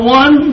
one